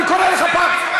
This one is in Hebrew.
אני קורא אותך פעם,